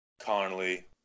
Conley